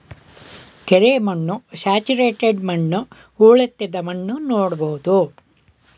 ಕೆರೆ ಮಣ್ಣು, ಸ್ಯಾಚುರೇಟೆಡ್ ಮಣ್ಣು, ಹೊಳೆತ್ತಿದ ಮಣ್ಣು ನೋಡ್ಬೋದು